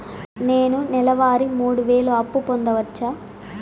నేను నెల వారి మూడు వేలు అప్పు పొందవచ్చా?